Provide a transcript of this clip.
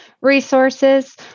resources